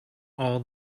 all